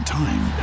time